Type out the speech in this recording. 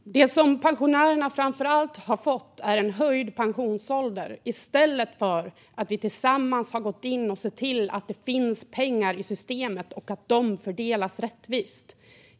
Fru talman! Det som pensionärerna framför allt har fått är en höjd pensionsålder, i stället för att vi tillsammans har gått in och sett till att det finns pengar i systemet och att dessa fördelas rättvist.